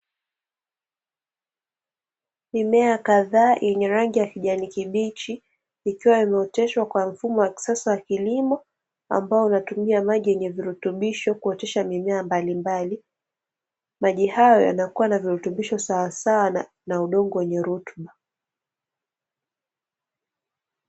Mimea kadhaa yenye rangi ya kijani kibichi, ikiwa imeoteshwa kwa mfumo wa kisasa wa kilimo, ambao unatumia maji yenye virutubisho kuotesha mimea mbalimbali. Maji hayo yanakuwa na virutubisho sawasawa na udongo wenye rutuba.